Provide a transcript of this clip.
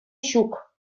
ҫук